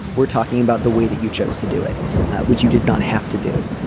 we're talking about the way that you chose to do it which you did not have to do.